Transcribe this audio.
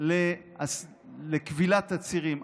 לכבילת עצירים.